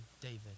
David